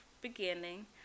beginning